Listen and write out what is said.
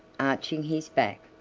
arching his back.